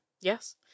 Yes